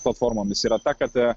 platformomis yra ta kad